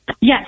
yes